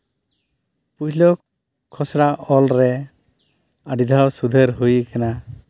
ᱯᱩᱭᱞᱩ ᱠᱷᱚᱥᱲᱟ ᱚᱞ ᱨᱮ ᱟᱹᱰᱤ ᱫᱷᱟᱣ ᱥᱩᱫᱷᱟᱹᱨ ᱦᱩᱭ ᱠᱟᱱᱟ